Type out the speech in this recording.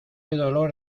dolor